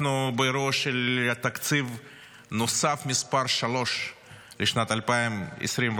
אנחנו באירוע של תקציב נוסף, מס' 3 לשנת 2024,